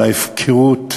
על ההפקרות,